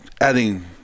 adding